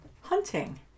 hunting